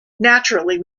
naturally